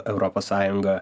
europos sąjunga